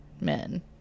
men